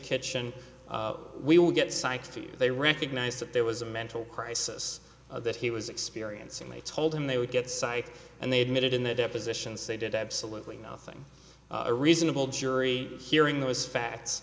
kitchen we will get psych food they recognize that there was a mental crisis that he was experiencing they told him they would get psych and they admitted in the depositions they did absolutely nothing a reasonable jury hearing those facts